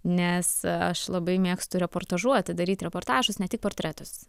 nes aš labai mėgstu reportažuoti daryt reportažus ne tik portretus